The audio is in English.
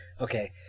okay